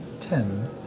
Ten